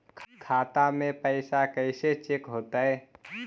खाता में पैसा कैसे चेक हो तै?